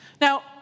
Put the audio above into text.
Now